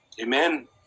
Amen